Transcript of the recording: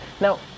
now